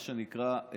מה שנקרא,